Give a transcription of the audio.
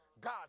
God